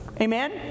Amen